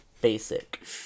basic